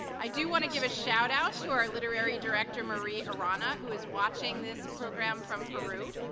i do want to give a shout out to our literary director, marie arana who is watching this program from peru.